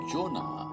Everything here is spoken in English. Jonah